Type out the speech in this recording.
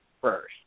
first